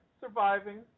surviving